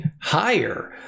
higher